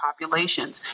populations